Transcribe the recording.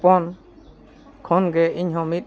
ᱦᱚᱯᱚᱱ ᱠᱷᱚᱱᱜᱮ ᱤᱧᱦᱚᱸ ᱢᱤᱫ